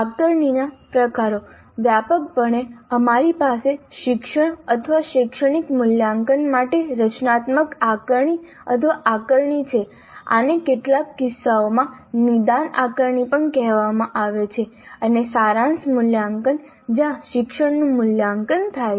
આકારણીના પ્રકારો વ્યાપકપણે અમારી પાસે શિક્ષણ અથવા શૈક્ષણિક મૂલ્યાંકન માટે રચનાત્મક આકારણી અથવા આકારણી છે આને કેટલાક કિસ્સાઓમાં નિદાન આકારણી પણ કહેવામાં આવે છે અને સારાંશ મૂલ્યાંકન જ્યાં શિક્ષણનું મૂલ્યાંકન થાય છે